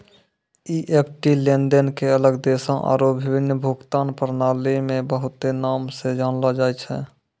EFT लेनदेन के अलग देशो आरु विभिन्न भुगतान प्रणाली मे बहुते नाम से जानलो जाय छै